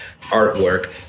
artwork